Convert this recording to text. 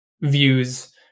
views